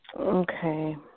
Okay